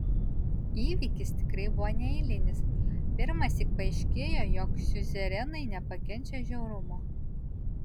įvykis tikrai buvo neeilinis pirmąsyk paaiškėjo jog siuzerenai nepakenčia žiaurumo